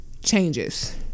changes